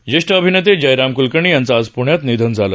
ज्येष्ठ अभिनेते जयराम कुलकर्णी यांचं आज पृण्यात निधन झालं